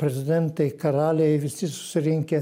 prezidentai karaliai visi susirinkę